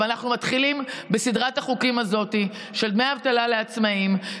מתחילים בסדרת החוקים הזאת של דמי אבטלה לעצמאים,